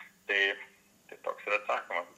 tai tai kos ir atsakymas